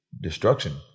destruction